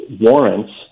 warrants